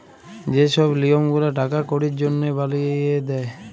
যে ছব লিয়ম গুলা টাকা কড়ির জনহে বালিয়ে দে